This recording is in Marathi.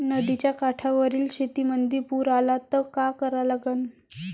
नदीच्या काठावरील शेतीमंदी पूर आला त का करा लागन?